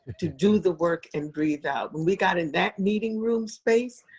to do the work and breathe out. when we got in that meeting room space,